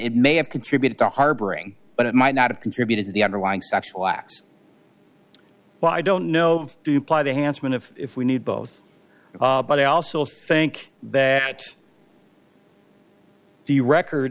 it may have contributed to harboring but it might not have contributed to the underlying sexual acts but i don't know to ply the handsome and if we need both but i also think that the record